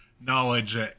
knowledge